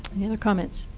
any other comments?